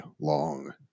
long